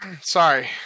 Sorry